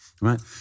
right